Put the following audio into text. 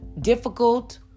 difficult